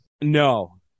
No